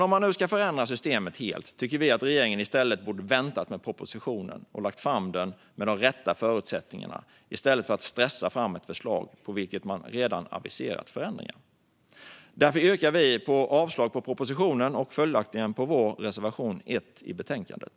Om man nu ska förändra systemet helt tycker vi att regeringen borde ha väntat med propositionen och lagt fram den med de rätta förutsättningarna i stället för att stressa fram ett förslag för vilket man redan aviserat förändringar. Därför yrkar vi avslag på propositionen och följaktligen bifall till vår reservation 1 i betänkandet.